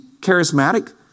charismatic